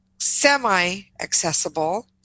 semi-accessible